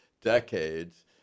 decades